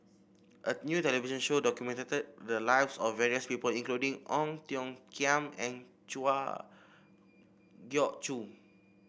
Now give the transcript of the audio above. a new television show documented the lives of various people including Ong Tiong Khiam and Geok Choo